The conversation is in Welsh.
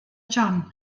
john